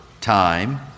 time